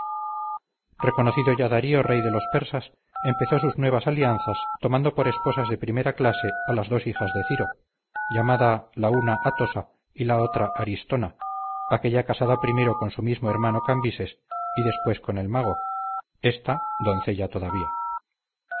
reconocido ya darío rey de los persas empezó sus nuevas alianzas tomando por esposas de primera clase a las dos hijas de ciro llamada la una atosa y la otra aristona aquella casada primero con su mismo hermano cambises y después con el mago ésta doncella todavía